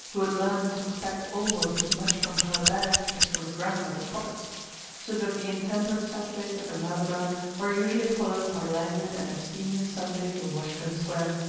who had learned to expect almost as much from her bag as from his grandmother's pockets so that the intemperate saturdays at the malibran were usually followed by languid and abstemious sundays in washington square.